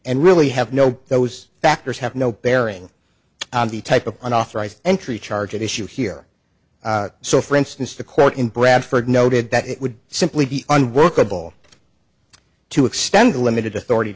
and really have no those factors have no bearing on the type of unauthorized entry charge at issue here so for instance the court in bradford noted that it would simply be unworkable to extend the limited authority